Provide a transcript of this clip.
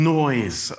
noise